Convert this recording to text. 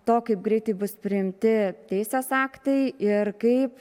to kaip greitai bus priimti teisės aktai ir kaip